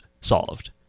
solved